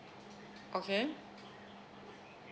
okay